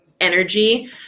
energy